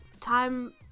time